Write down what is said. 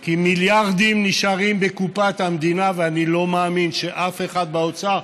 כי מיליארדים נשארים בקופת המדינה ואני לא מאמין שאף אחד באוצר,